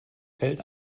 fällt